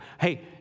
hey